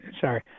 Sorry